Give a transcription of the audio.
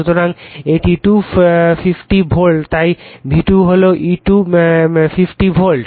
সুতরাং এটি 250 ভোল্ট তাই V2 হল E2 50 ভোল্ট